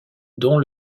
dont